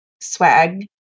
swag